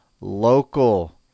local